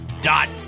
dot